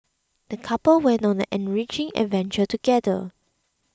the couple went on an enriching adventure together